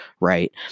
right